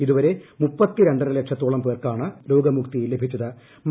ഇതുവരെ മുപ്പത്തി രണ്ടര ലക്ഷത്തോളം പേരാണ് രോഗമുക്തരായത്